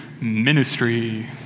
ministry